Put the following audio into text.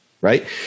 Right